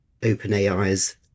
OpenAI's